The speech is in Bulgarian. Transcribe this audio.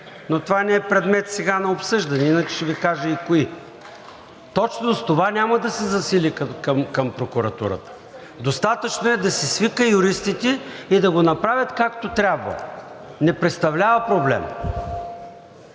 (Смях и ръкопляскане от ДПС.) Иначе ще Ви кажа и кои. Точно с това няма да се засили към прокуратурата. Достатъчно е да си свика юристите и да го направят както трябва – не представлява проблем.